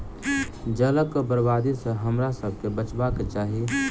जलक बर्बादी सॅ हमरासभ के बचबाक चाही